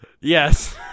Yes